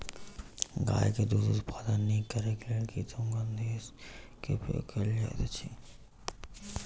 गाय के दूध उत्पादन नीक करैक लेल कृत्रिम ग्रंथिरस के उपयोग कयल जाइत अछि